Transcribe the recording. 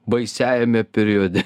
baisiajame periode